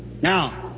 Now